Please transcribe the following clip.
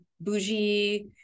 bougie